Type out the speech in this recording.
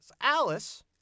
Alice